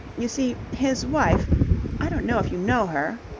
you see, his wife i don't know if you know her.